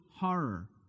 horror